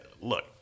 Look